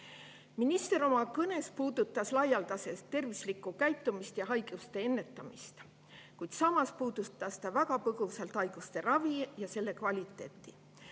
Minister oma kõnes puudutas laialdaselt tervislikku käitumist ja haiguste ennetamist, kuid samas puudutas ta väga põgusalt haiguste ravi ja selle kvaliteeti.